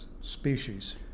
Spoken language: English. species